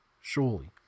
Surely